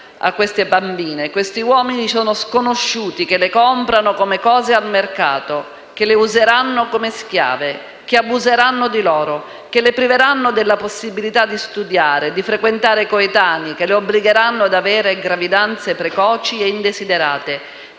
queste bambine sono date in spose sono sconosciuti che le comprano come cose al mercato, che le useranno come schiave, che abuseranno di loro, che le priveranno della possibilità di studiare e di frequentare coetanei, che le obbligheranno ad avere gravidanze precoci e indesiderate,